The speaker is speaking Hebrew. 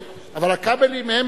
אבל הכבלים האלה,